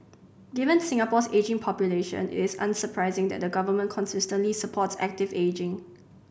given Singapore's ageing population it is unsurprising that the government consistently supports active ageing